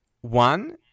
One